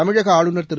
தமிழக ஆளுநர் திரு